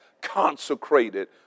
consecrated